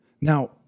Now